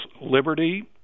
liberty